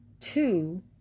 two